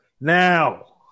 Now